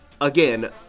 again